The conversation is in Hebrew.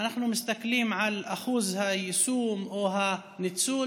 שהסתכלנו על אחוז היישום או הניצול,